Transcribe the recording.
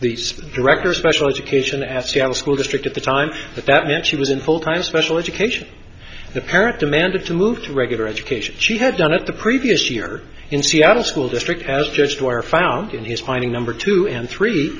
the director special education at seattle school district at the time but that meant she was in full time special education the parent demanded to move to regular education she had none of the previous year in seattle school district as judged where found in his finding number two and three